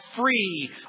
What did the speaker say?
free